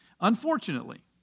Unfortunately